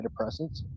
antidepressants